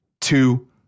two